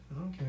okay